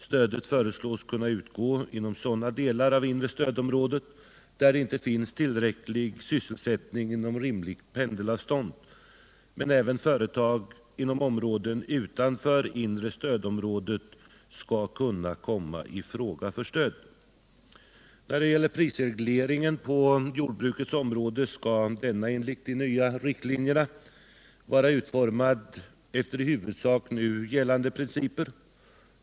Stödet föreslås kunna utgå inom sådana delar av inre stödområdet där det inte finns tillräcklig sysselsättning inom rimligt pendlingsavstånd, men även företag inom områden utanför inre stödområdet skall kunna komma i fråga för stöd. Prisregleringen på jordbrukets område skall enligt de nya riktlinjerna vara utformad efter i huvudsak nu gällande principer.